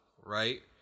right